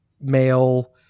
male